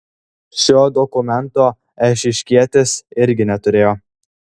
šio dokumento eišiškietis irgi neturėjo